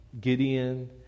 Gideon